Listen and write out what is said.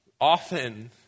often